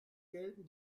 gelten